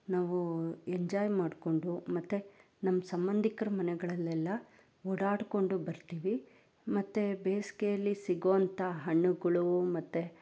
ನಾವು ಎಂಜಾಯ್ ಮಾಡಿಕೊಂಡು ಮತ್ತೆ ನಮ್ಮ ಸಂಬಂಧಿಕ್ರ ಮನೆಗಳಲ್ಲೆಲ್ಲಾ ಓಡಾಡಿಕೊಂಡು ಬರ್ತೀವಿ ಮತ್ತೆ ಬೇಸಿಗೆಯಲ್ಲಿ ಸಿಗುವಂಥ ಹಣ್ಣುಗಳು ಮತ್ತೆ